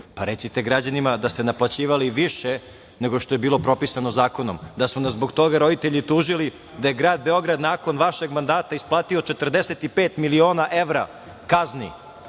recite građanima da ste naplaćivali više nego što je bilo propisano zakonom, da su nas zbog toga roditelji tužili da je grad Beograd nakon vašeg mandata isplatio 45 miliona evra kazni